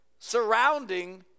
surrounding